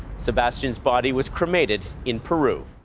sebastian's body was cremated in peru.